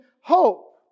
hope